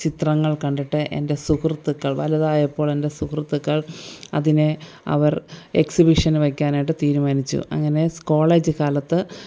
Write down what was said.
ചിത്രങ്ങൾ കണ്ടിട്ട് എൻ്റെ സുഹൃത്തുക്കൾ വലുതായപ്പോൾ എൻ്റെ സുഹൃത്തുക്കൾ അതിനെ അവർ എക്സിബിഷന് വയ്ക്കാനായിട്ട് തീരുമാനിച്ചു അങ്ങനെ കോളേജ് കാലത്ത്